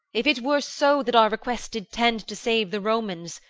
if it were so that our request did tend to save the romans,